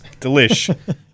delish